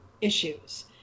issues